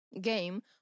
game